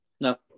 No